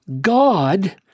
God